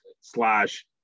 slash